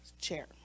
chair